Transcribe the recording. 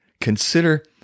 Consider